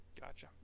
Gotcha